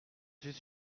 suis